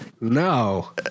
No